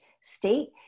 state